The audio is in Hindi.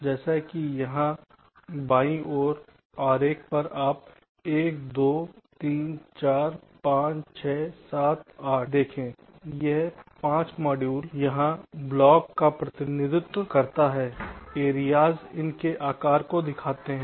जैसे कि यहाँ बाईं ओर आरेख पर आप 1 2 3 4 5 6 7 8 देखें यह 5 मॉड्यूल या ब्लॉक का प्रतिनिधित्व करता हैएरियाज इन के आकार को दिखाते हैं